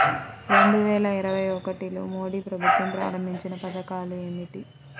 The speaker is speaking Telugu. రెండు వేల ఇరవై ఒకటిలో మోడీ ప్రభుత్వం ప్రారంభించిన పథకాలు ఏమిటీ?